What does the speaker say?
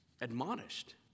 admonished